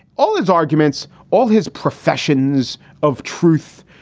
all his arguments, all his professions of truth.